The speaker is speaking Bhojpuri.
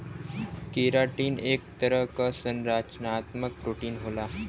केराटिन एक तरह क संरचनात्मक प्रोटीन होला